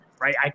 right